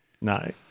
Nice